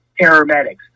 paramedics